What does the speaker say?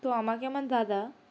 তো আমাকে আমার দাদা